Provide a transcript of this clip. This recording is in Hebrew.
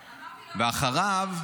ואחריו,